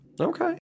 Okay